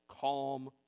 calm